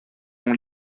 ont